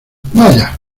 vaya